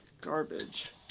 Garbage